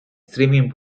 streaming